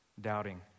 doubting